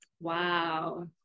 Wow